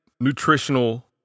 nutritional